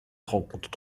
rencontre